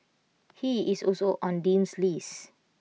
he is also on Dean's list